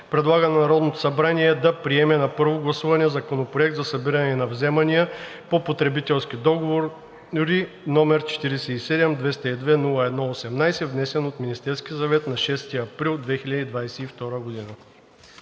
предлага на Народното събрание да приеме на първо гласуване Законопроект за събиране на вземания по потребителски договори, № 47-202-01-18, внесен от Министерския съвет на 6 април 2022 г.“